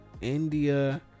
india